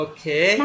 Okay